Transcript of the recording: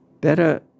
better